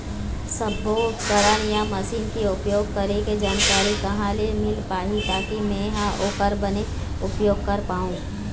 सब्बो उपकरण या मशीन के उपयोग करें के जानकारी कहा ले मील पाही ताकि मे हा ओकर बने उपयोग कर पाओ?